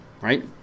right